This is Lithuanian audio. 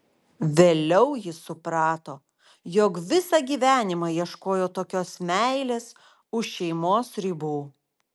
vėliau jis suprato jog visą gyvenimą ieškojo tokios meilės už šeimos ribų